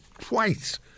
twice